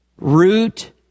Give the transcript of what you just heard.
root